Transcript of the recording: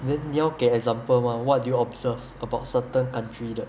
then 你要给 example mah what do you observe about certain country 的